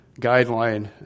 guideline